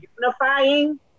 unifying